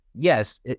Yes